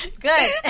good